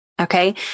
Okay